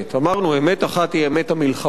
אמרנו: אמת אחת היא אמת המלחמה,